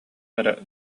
эрэ